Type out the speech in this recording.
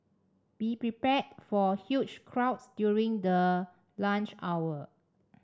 be prepared for huge crowds during the lunch hour